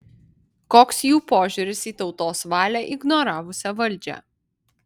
koks jų požiūris į tautos valią ignoravusią valdžią